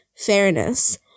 Fairness